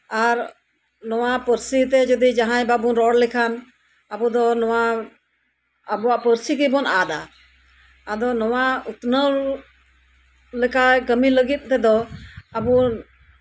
ᱟᱨ ᱱᱚᱣᱟ ᱯᱟᱹᱨᱥᱤᱛᱮ ᱡᱟᱸᱦᱟᱭ ᱵᱟᱵᱚᱱ ᱨᱚᱲ ᱞᱟᱹᱜᱤᱫ ᱢᱮᱱᱠᱷᱟᱱ ᱟᱵᱚ ᱱᱚᱣᱟ ᱯᱟᱹᱨᱥᱤ ᱜᱮᱵᱚᱱ ᱟᱫᱟ ᱱᱚᱣᱟ ᱩᱛᱱᱟᱹᱣ ᱞᱮᱠᱟ ᱠᱟᱹᱢᱤ ᱞᱟᱹᱜᱤᱫ ᱛᱮᱫᱚ ᱟᱵᱚ